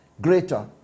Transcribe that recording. greater